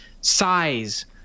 size